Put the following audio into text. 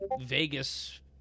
Vegas-